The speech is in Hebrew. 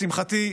לשמחתי,